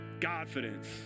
confidence